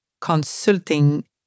Consulting